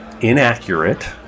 inaccurate